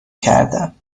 کردم